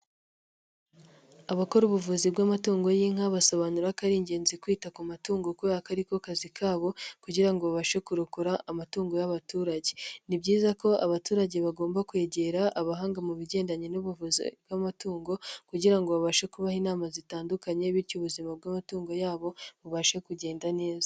Abakora ubuvuzi bw'amatungo y'inka basobanura ko ari ingenzi kwita ku matungo kubera ko ari ko kazi kabo kugira ngo babashe kurokora amatungo y'abaturage, ni byiza ko abaturage bagomba kwegera abahanga mu bijyendanye n'ubuvuzi bw'amatungo kugira ngo babashe kubaha inama zitandukanye bityo ubuzima bw'amatungo yabo bubashe kugenda neza.